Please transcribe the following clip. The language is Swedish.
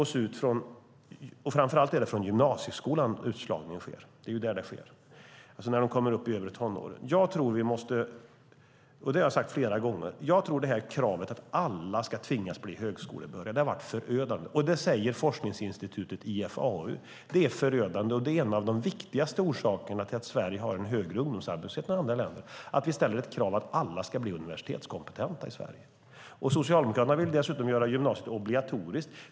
Det är framför allt från gymnasieskolan som utslagningen sker när eleverna kommer upp i övre tonåren. Jag tror att kravet att alla ska tvingas bli högskolebehöriga har varit förödande. Jag har sagt det många gånger. Forskningsinstitutet IFAU säger att det är förödande. En av de viktigaste orsakerna till att Sverige har en högre ungdomsarbetslöshet än andra länder är att vi ställer ett krav att alla ska bli universitetskompetenta i Sverige. Socialdemokraterna vill dessutom göra gymnasiet obligatoriskt.